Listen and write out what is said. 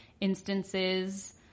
instances